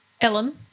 Ellen